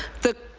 the